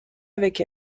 avec